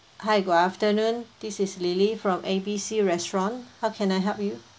hi good afternoon this is lily from A B C restaurant how can I help you